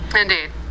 indeed